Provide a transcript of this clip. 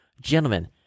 Gentlemen